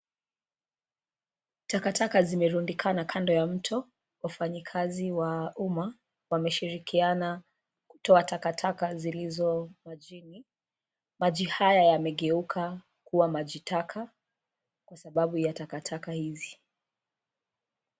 Takataka zimerundikana kando ya mto, wafanyikazi wa umma, wameshirikiana, kutoa takataka zilizo majini. Maji haya yamegeuka, kuwa maji taka, kwa sababu ya takataka hizi.